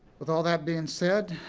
with all that being said,